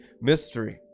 mystery